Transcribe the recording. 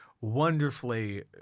wonderfully